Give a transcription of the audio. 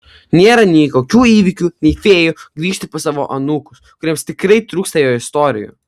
nėra nei kokių įvykių nei fėjų grįžti pas savo anūkus kuriems tikrai trūksta jo istorijų